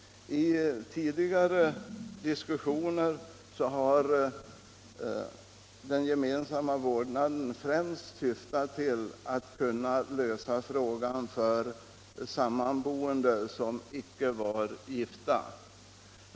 I tidigare diskussioner om den gemensamma vårdnaden har syftet främst varit att lösa frågan för sammanboende som icke var gifta.